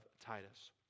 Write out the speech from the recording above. Titus